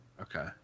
okay